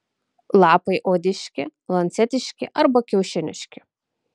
lapai odiški lancetiški arba kiaušiniški